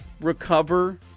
recover